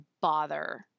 bother